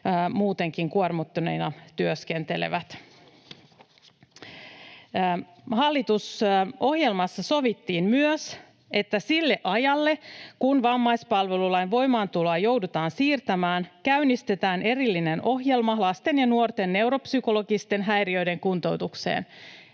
muutenkin kuormittuneena työskentelee. Hallitusohjelmassa sovittiin myös, että sille ajalle, kun vammaispalvelulain voimaantuloa joudutaan siirtämään, käynnistetään erillinen ohjelma lasten ja nuorten neuropsykologisten häiriöiden kuntoutukseen.